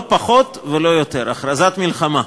לא פחות ולא יותר, הכרזת מלחמה.